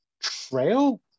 trail